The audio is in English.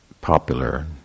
popular